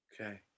Okay